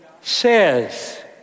says